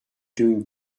doing